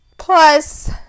Plus